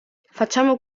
facciamo